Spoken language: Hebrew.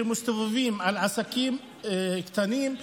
הם מסתובבים בעסקים קטנים,